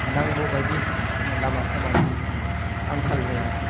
नांगौ बादि लामा सामानि आंखाल जाया